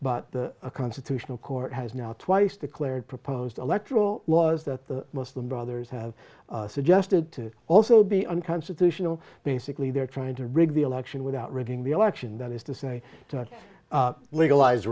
but the constitutional court has now twice declared proposed electoral laws that the muslim brothers have suggested to also be unconstitutional basically they're trying to rig the election without reading the election that is to say to legali